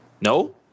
No